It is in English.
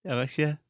Alexia